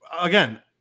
Again